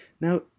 Now